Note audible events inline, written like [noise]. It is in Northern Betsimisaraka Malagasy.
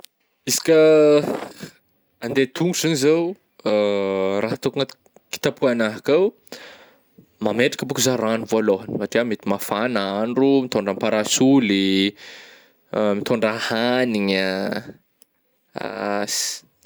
Izy ka [noise] handeha tongotra zany zaho [hesitation] raha ataoko anaty k-kitapo anahy akao, mametraka bôka zah ragno voalôhany satria mety mafana andro, mitondra parasoly ih, [hesitation] mitôndra hanigna [hesitation] ss.